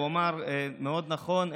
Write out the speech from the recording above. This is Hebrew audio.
הוא אמר מאוד נכון,